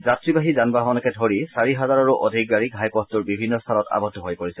যাত্ৰীবাহী যান বাহনকে ধৰি চাৰি হাজাৰৰো অধিক গাড়ী ঘাইপথটোৰ বিভিন্ন স্থানত আৱদ্ধ হৈ পৰিছে